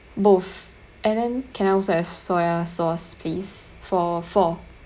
both and then can I also have soya sauce please for four